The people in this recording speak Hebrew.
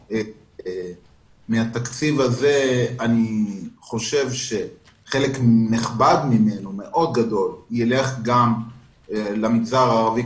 מהתקציב הזה אני חושב שחלק נכבד ומאוד גדול ילך גם למגזר הערבי,